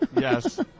Yes